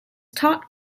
taught